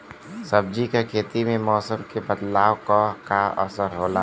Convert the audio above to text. सब्जी के खेती में मौसम के बदलाव क का असर होला?